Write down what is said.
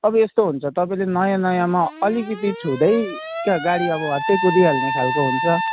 अब यस्तो हुन्छ तपाईँले नयाँ नयाँमा अलिकति छुँदै क्या गाडी अब ह्वात्तै कुदिहाल्ने खालको हुन्छ